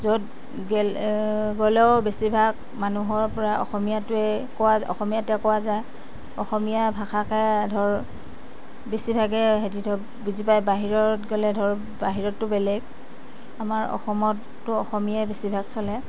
য'ত গ'লেও বেছিভাগ মানুহৰ পৰা অসমীয়াটোৱে কোৱা অসমীয়াতে কোৱা যায় অসমীয়া ভাষাকে ধৰ বেছিভাগে সিহঁতে ধৰ বুজি পায় বাহিৰত গ'লে ধৰ বাহিৰতটো বেলেগ আমাৰ অসমততো অসমীয়াই বেছিভাগ চলে